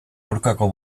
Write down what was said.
aurkako